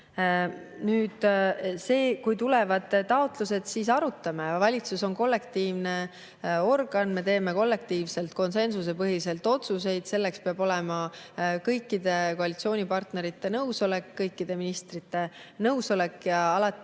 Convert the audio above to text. väide. Kui tulevad taotlused, siis arutame. Valitsus on kollektiivne organ, me teeme kollektiivselt, konsensusepõhiselt otsuseid. Selleks peab olema kõikide koalitsioonipartnerite nõusolek, kõikide ministrite nõusolek. Alati,